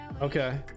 Okay